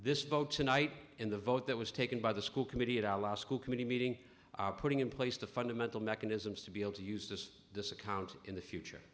this vote tonight in the vote that was taken by the school committee at our law school committee meeting are putting in place the fundamental mechanisms to be able to use this discount in the future